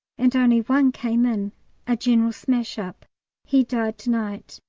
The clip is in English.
and only one came in a general smash-up he died to-night,